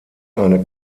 eine